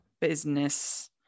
business